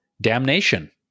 Damnation